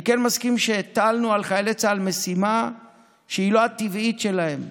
אני כן מסכים שהטלנו על חיילי צה"ל משימה שהיא לא הטבעית שלהם.